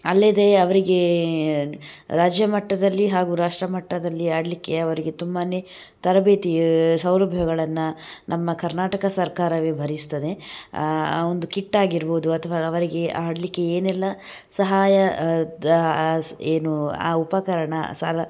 ಅಲ್ಲದೆ ಅವರಿಗೆ ರಾಜ್ಯಮಟ್ಟದಲ್ಲಿ ಹಾಗು ರಾಷ್ಟ್ರಮಟ್ಟದಲ್ಲಿ ಆಡಲಿಕ್ಕೆ ಅವರಿಗೆ ತುಂಬಾ ತರಬೇತಿ ಸೌಲಭ್ಯಗಳನ್ನು ನಮ್ಮ ಕರ್ನಾಟಕ ಸರ್ಕಾರವೆ ಭರಿಸ್ತದೆ ಆ ಒಂದು ಕಿಟ್ ಆಗಿರ್ಬೋದು ಅಥ್ವ ಅವರಿಗೆ ಆಡಲಿಕ್ಕೆ ಏನೆಲ್ಲ ಸಹಾಯ ದ ಏನು ಆ ಉಪಕರಣ ಸಲ